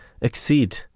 exceed